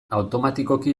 automatikoki